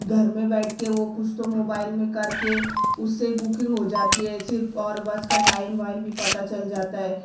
گھر میں بیٹھ کے وہ کچھ تو موبائل میں کر کے اس سے بکنگ ہو جاتی ہے ایسی اور بس کا ٹائم وائم بھی پتہ چل جاتا ہے